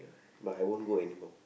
but I won't go anymore